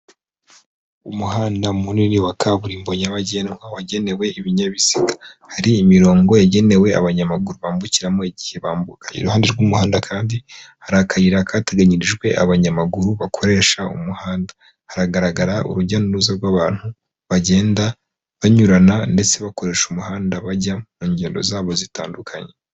Umuhanda munini wa kaburimbo nyabagendwa wagenewe ibinyabiziga, hari imirongo yagenewe abanyamaguru bambukiramo igihe bambuka, iruhande rw'umuhanda kandi, hari akayira kateganyirijwe abanyamaguru bakoresha umuhanda, haragaragara urujya n'uruza rw'abantu bagenda banyurana ndetse bakoresha umuhanda bajya mu ngendo zabo zitandukanye.